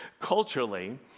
Culturally